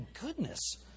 goodness